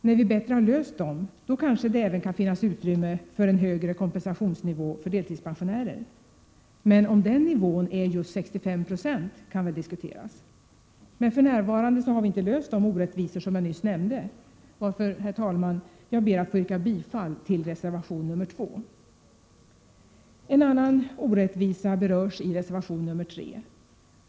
När vi har löst dem bättre kanske det kan finnas utrymme även för en högre kompensationsnivå för deltidspensionärer. Men om den nivån skall vara just 65 90 kan väl diskuteras. För närvarande har vi inte löst de orättvisor som jag nyss nämnde, varför, herr talman, jag ber att få yrka bifall till reservation nr 2. En annan orättvisa berörs i reservation nr 3.